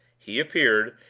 he appeared,